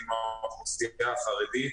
עם האוכלוסייה החרדית,